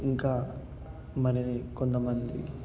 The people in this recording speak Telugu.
ఇంకా మరి కొంతమంది